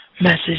message